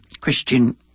Christian